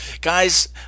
guys